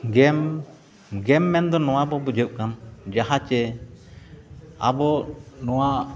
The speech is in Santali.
ᱜᱮᱢ ᱜᱮᱢ ᱢᱮᱱᱫᱚ ᱱᱚᱣᱟ ᱵᱚᱱ ᱵᱩᱡᱷᱟᱹᱜ ᱠᱟᱱ ᱡᱟᱦᱟᱸ ᱪᱮ ᱟᱵᱚ ᱱᱚᱣᱟ